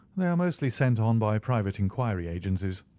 they are mostly sent on by private inquiry agencies.